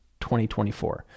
2024